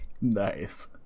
Nice